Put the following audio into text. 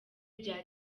rya